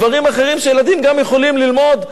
דברים אחרים שילדים גם יכולים ללמוד,